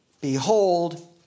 Behold